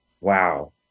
Wow